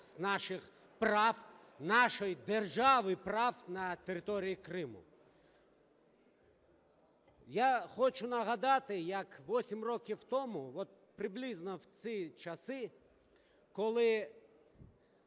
наших прав, нашої держави і прав на території Криму. Я хочу нагадати, як вісім років тому, от приблизно в ці часи, коли